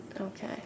Okay